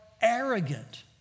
arrogant